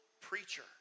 preacher